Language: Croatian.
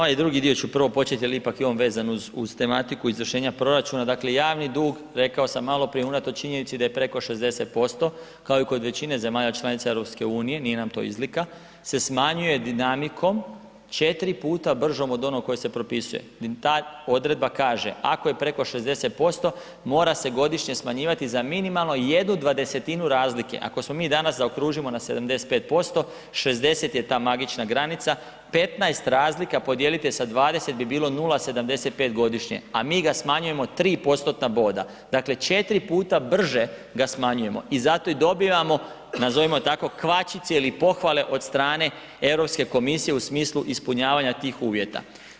Na ovaj drugi dio ću prvo počet jel ipak je on vezan uz tematiku izvršenja proračuna, dakle javni dug, rekao sam maloprije, unatoč činjenici da je preko 60%, kao i kod većine zemalja članica EU, nije nam to izlika, se smanjuje dinamikom 4 puta bržom od onog koji se propisuje, ta odredba kaže ako je preko 60% mora se godišnje smanjivati za minimalno jednu dvadesetinu razlike, ako smo mi danas, zaokružimo na 75%, 60 je ta magična granica, 15 razlika podijelite sa 20 bi bilo 0,75 godišnje, a mi ga smanjujemo 3%-tna boda, dakle 4 puta brže ga smanjujemo i zato i dobivamo, nazovimo tako, kvačice ili pohvale od strane Europske komisije u smislu ispunjavanja tih uvjeta.